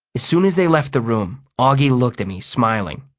as soon as they left the room, auggie looked at me, smiling.